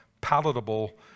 palatable